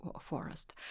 forest